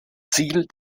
ziel